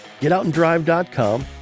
getoutanddrive.com